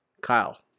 Kyle